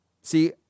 See